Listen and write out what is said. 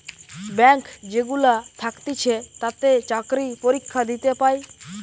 bank যেগুলা থাকতিছে তাতে চাকরি পরীক্ষা দিয়ে পায়